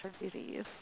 disease